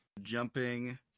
jumping